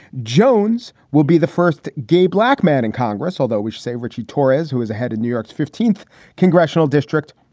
jones will be the first gay black man in congress, although we should say richie torres, who is ahead in new york's fifteenth congressional district.